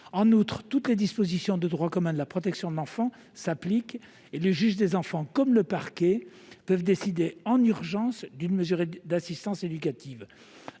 En outre, toutes les dispositions de droit commun de la protection de l'enfant s'appliquent et le juge des enfants, comme le parquet, peut décider en urgence d'une mesure d'assistance éducative.